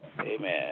amen